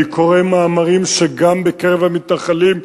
אני קורא מאמרים שגם בקרב המתנחלים,